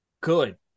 good